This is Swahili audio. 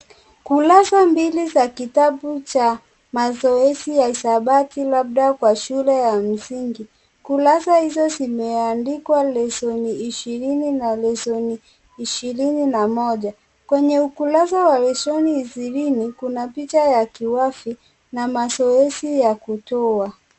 Kurasa mbili za kitabu cha mazoezi ya hisabati, labda kwa shule ya msingi kurasa hizo zimeandikwa lesoni ishirini na moja, kwenye ukarasa wa lesoni ishirini kuna picha ya kiwavi na mazoezi ya kutoa.